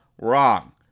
Wrong